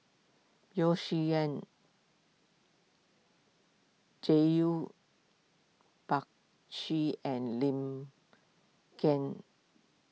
Yeo Shih Yun Prakash and Lim Kiang